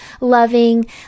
loving